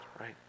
right